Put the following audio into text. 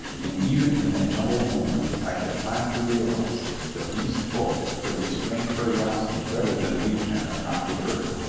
and even in that jumbled moment i had time to realize that these folk could restrain curiosity better than we can atop the earth.